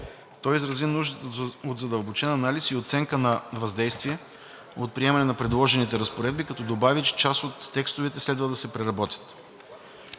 Той изрази нуждата от задълбочен анализ и оценка на въздействието от приемане на предложените разпоредби, като добави, че част от текстовете следва да се преработят.